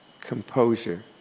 composure